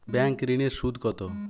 Bank ঋন এর সুদ কত?